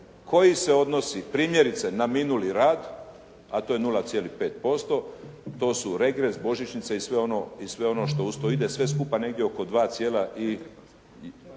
koji se odnosi primjerice na minuli rad, a to je 0,5%, to su regres, božićnica i sve ono što uz to ide. Sve skupa negdje oko 2